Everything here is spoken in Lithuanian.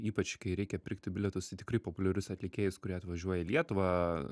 ypač kai reikia pirkti bilietus į tikrai populiarius atlikėjus kurie atvažiuoja į lietuvą